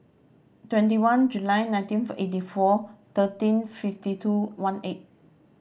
twenty one July nineteenth eighty four thirteen fifty two one eight